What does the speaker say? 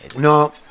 no